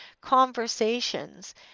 conversations